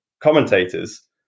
commentators